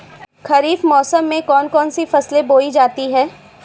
खरीफ मौसम में कौन कौन सी फसलें बोई जाती हैं?